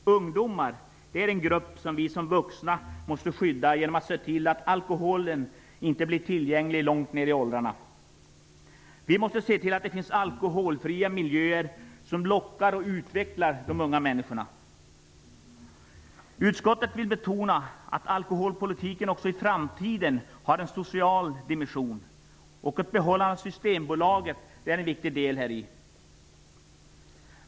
Ungdomar är en grupp som vi vuxna måste skydda genom att se till att alkoholen inte blir tillgänglig långt ner i åldrarna. Vi måste se till att det finns alkoholfria miljöer som lockar och utvecklar de unga människorna. Utskottet vill betona att alkoholpolitiken också i framtiden skall ha en social dimension. Att behålla Systembolaget är en viktig del häri.